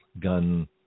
gun